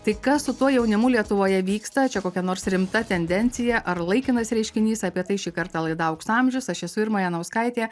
tai kas su tuo jaunimu lietuvoje vyksta čia kokia nors rimta tendencija ar laikinas reiškinys apie tai šį kartą laida aukso amžius aš esu irma janauskaitė